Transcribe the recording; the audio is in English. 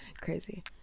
crazy